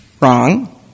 Wrong